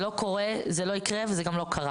זה לא קורה, זה לא יקרה וזה גם לא קרה.